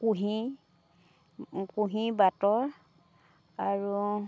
কুঁহি কুঁহি বাত আৰু